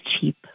cheap